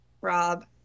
Rob